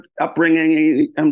upbringing